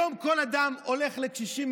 היום כל אדם הולך לקשישים,